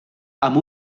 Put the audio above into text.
amb